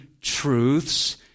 truths